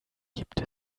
gibt